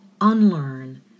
unlearn